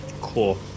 cool